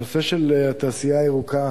הנושא של תעשייה ירוקה